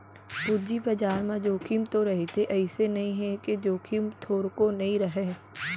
पूंजी बजार म जोखिम तो रहिथे अइसे नइ हे के जोखिम थोरको नइ रहय